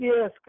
Yes